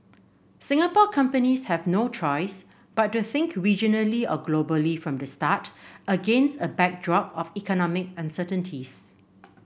Singapore companies have no choice but to think regionally or globally from the start against a backdrop of economic uncertainties